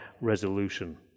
resolution